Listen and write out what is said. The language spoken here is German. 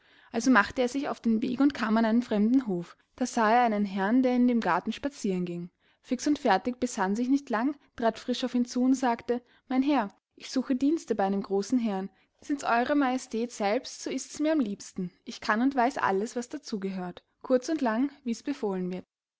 also machte er sich auf den weg und kam an einen fremden hof da sah er einen herrn der in dem garten spazieren ging fix und fertig besann sich nicht lang trat frisch auf ihn zu sagte mein herr ich suche dienste bei einem großen herrn sinds ew majestät selbst so ist mirs am liebsten ich kann und weiß alles was dazu gehört kurz und lang wies befohlen wird